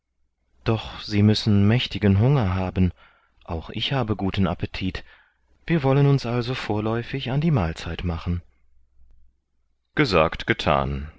doch sie müssen mächtigen hunger haben auch ich habe guten appetit wir wollen uns also vorläufig an die mahlzeit machen gesagt getan